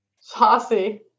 Saucy